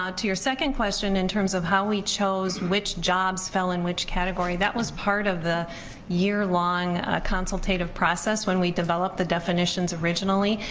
um to your second question, in terms of how we chose which jobs fell in category, that was part of the year long consultative process when we developed the definitions originally.